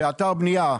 באתר בניה,